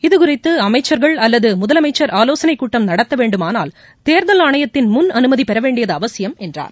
இதுகுறித்து அமைச்சர்கள் அல்லது முதலமைச்சர் ஆலோசனைக் கூட்டம் நடத்த வேண்டுமானால் தேர்தல் ஆணையத்தின் முன் அனுமதி பெற வேண்டியது அவசியம் என்றார்